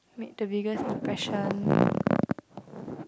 made to bigger impression